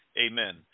Amen